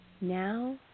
now